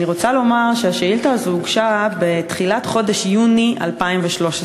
אני רוצה לומר שהשאילתה הזו הוגשה בתחילת חודש יוני 2013,